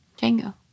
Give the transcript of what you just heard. Django